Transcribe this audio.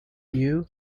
you